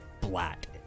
black